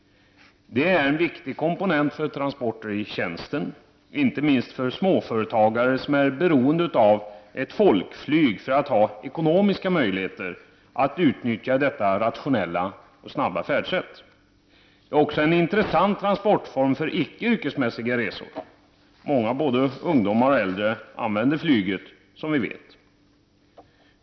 Det är en viktig komponent för transporter i tjänsten — inte minst för småföretagare, som är beroende av ett folkflyg för att ha ekonomiska möjligheter att utnyttja detta rationella och snabba färdsätt. Det är också en intressant transportform för icke-yrkesmässiga resor. Många både ungdomar och äldre använder flyget, som vi vet.